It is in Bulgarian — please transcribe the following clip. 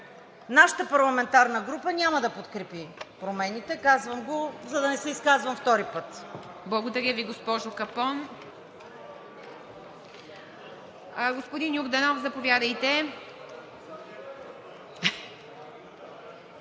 Нашата парламентарна група няма да подкрепи промените. Казвам го, за да не се изказвам втори път. ПРЕДСЕДАТЕЛ ИВА МИТЕВА: Благодаря Ви, госпожо Капон. Господин Йорданов, заповядайте.